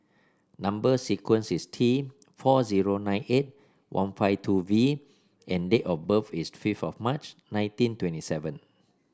number sequence is T four zero nine eight one five two V and date of birth is fifth of March nineteen twenty seven